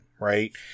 right